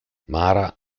mara